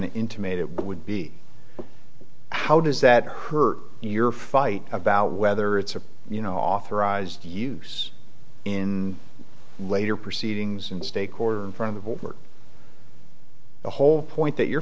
to intimate it would be how does that hurt your fight about whether it's a you know authorized to use in later proceedings in state court in front of work the whole point that you're